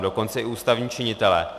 Dokonce i ústavní činitelé.